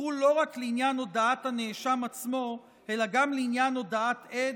תחול לא רק לעניין הודאת הנאשם עצמו אלא גם לעניין הודאת עד,